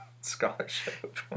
scholarship